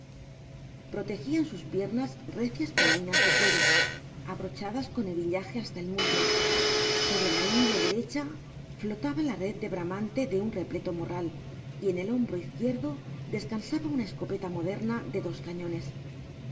protegían sus piernas recias polainas de cuero abrochadas con hebillaje hasta el muslo sobre la ingle derecha flotaba la red de bramante de un repleto morral y en el hombro izquierdo descansaba una escopeta moderna de dos cañones